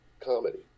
comedy